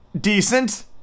decent